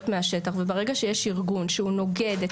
מהשטח וברגע שיש ארגון שהוא נוגד,